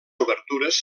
obertures